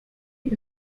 nie